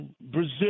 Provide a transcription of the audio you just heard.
Brazil